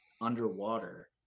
underwater